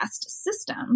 system